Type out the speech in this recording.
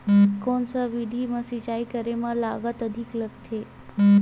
कोन सा विधि म सिंचाई करे म लागत अधिक लगथे?